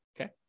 okay